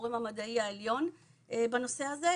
הגורם המדעי העליון בנושא הזה,